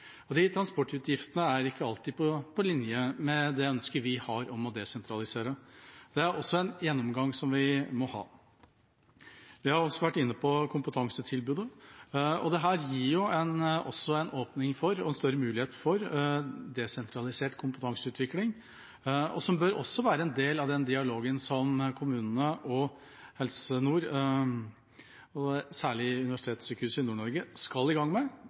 av helsetilbudet. Transportutgiftene er ikke alltid på linje med det ønsket vi har om å desentralisere. Det er også en gjennomgang vi må ha. Vi har også vært inne på kompetansetilbudet. Dette gir også en åpning og en større mulighet for en desentralisert kompetanseutvikling, som også bør være en del av den dialogen som kommunene, Helse Nord og Universitetssykehuset Nord-Norge skal i gang med,